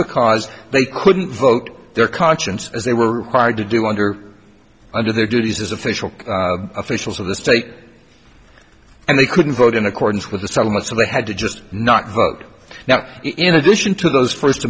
because they couldn't vote their conscience as they were required to do under under their duties as official officials of the state and they couldn't vote in accordance with the settlement so they had to just not vote now in addition to those first